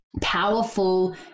powerful